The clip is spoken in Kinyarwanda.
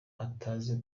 atazi